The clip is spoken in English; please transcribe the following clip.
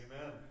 Amen